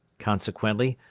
consequently,